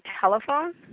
telephone